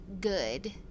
good